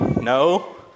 no